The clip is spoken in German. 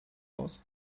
aus